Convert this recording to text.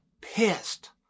pissed